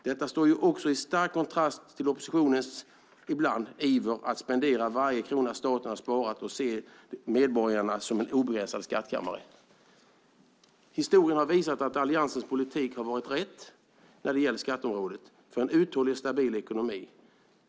Detta står i stark kontrast till oppositionens iver att spendera varje krona staten har sparat och se medborgarna som en obegränsad skattkammare. Historien har visat att Alliansens politik på skatteområdet varit rätt sätt att få en uthållig och stabil ekonomi.